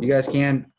you guys can,